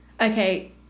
okay